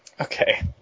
Okay